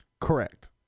Correct